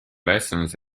lessons